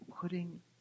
putting